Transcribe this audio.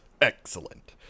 Excellent